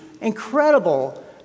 incredible